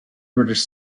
british